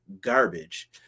garbage